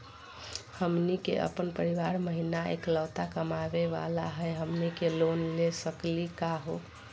हमनी के अपन परीवार महिना एकलौता कमावे वाला हई, हमनी के लोन ले सकली का हो?